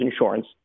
insurance